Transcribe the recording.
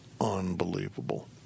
unbelievable